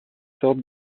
sorte